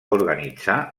organitzar